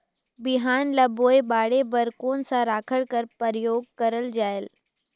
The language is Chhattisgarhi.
बिहान ल बोये बाढे बर कोन सा राखड कर प्रयोग करले जायेल?